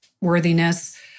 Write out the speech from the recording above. worthiness